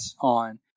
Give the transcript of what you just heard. on